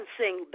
sing